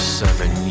seven